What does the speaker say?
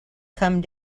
come